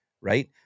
right